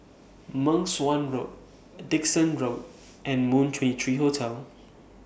Meng Suan Road Dickson Road and Moon twenty three Hotel